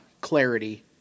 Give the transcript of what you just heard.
clarity